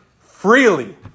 freely